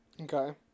okay